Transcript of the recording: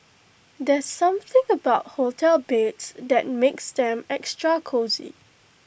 there's something about hotel beds that makes them extra cosy